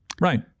Right